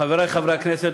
חברי חברי הכנסת,